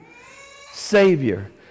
Savior